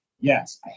yes